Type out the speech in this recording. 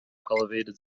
elevated